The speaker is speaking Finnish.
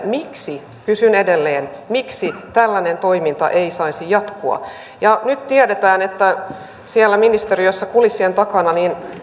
miksi kysyn edelleen tällainen toiminta ei saisi jatkua ja nyt tiedetään että siellä ministeriössä kulissien takana